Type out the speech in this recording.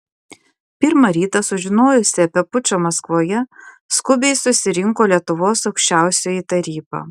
pirmą rytą sužinojusi apie pučą maskvoje skubiai susirinko lietuvos aukščiausioji taryba